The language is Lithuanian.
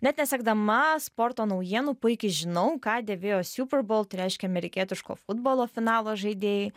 net nesekdama sporto naujienų puikiai žinau ką dėvėjo super bowl tai reiškia amerikietiško futbolo finalo žaidėjai